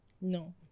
No